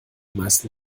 meisten